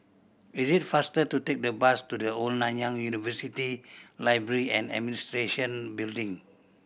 is it faster to take the bus to The Old Nanyang University Library and Administration Building